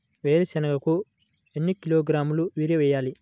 వేరుశనగకు ఎన్ని కిలోగ్రాముల యూరియా వేయాలి?